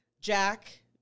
Jack